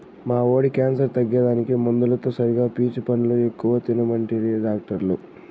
మా వోడి క్యాన్సర్ తగ్గేదానికి మందులతో సరిగా పీచు పండ్లు ఎక్కువ తినమంటిరి డాక్టర్లు